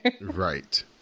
Right